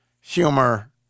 humor